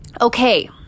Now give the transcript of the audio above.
okay